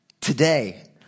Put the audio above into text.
today